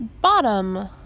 bottom